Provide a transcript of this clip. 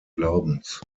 glaubens